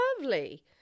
lovely